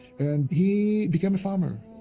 and he became a farmer.